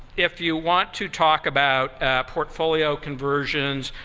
if you want to talk about portfolio conversions,